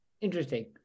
Interesting